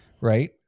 right